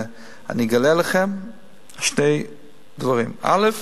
אני אגלה לכם שני דברים: א.